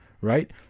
right